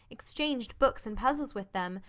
exchanged books and puzzles with them,